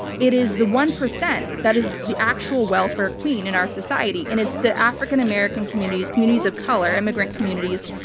it is the one percent that is the actual welfare queen in our society, and it's the african-american communities, communities of color, immigrant communities,